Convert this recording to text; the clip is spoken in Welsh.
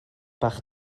bach